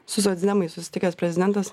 su socdemais susitikęs prezidentas